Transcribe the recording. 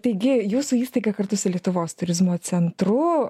taigi jūsų įstaiga kartu su lietuvos turizmo centru